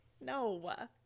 No